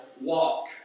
walk